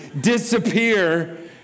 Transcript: disappear